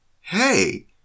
Hey